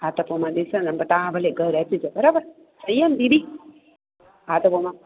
हा त पोइ मां ॾिसंदमि पोइ तव्हां भले घरु अचिजो बराबरि सही आहे न दीदी हा त पोइ मां